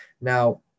Now